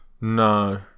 No